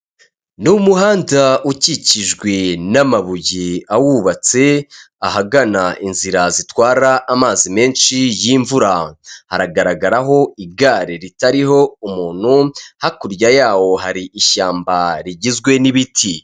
Ni umuhanda ukikijwe n'amabuye awubatse, ahagana inzira zitwara amazi menshi y'imvura hagaragaraho igare ritariho umuntu, hakurya yawo hari ishyamba rigizwe n'ibiti.